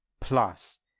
plus